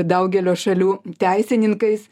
daugelio šalių teisininkais